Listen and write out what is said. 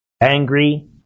Angry